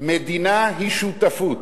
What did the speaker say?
שמדינה היא שותפות,